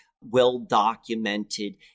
well-documented